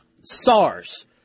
SARS